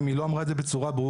אם היא לא אמרה את זה בצורה ברורה,